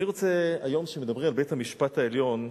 היום, כשמדברים על בית-המשפט העליון,